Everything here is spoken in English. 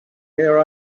here